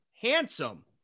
handsome